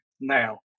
Now